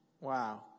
Wow